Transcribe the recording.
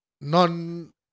non